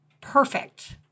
perfect